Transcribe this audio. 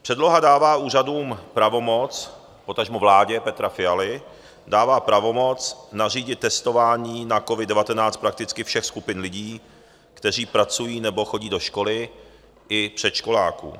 Předloha dává úřadům pravomoc, potažmo vládě Petra Fialy, dává pravomoc nařídit testování na covid19 prakticky všech skupin lidí, kteří pracují nebo chodí do školy, i předškoláků.